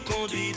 conduit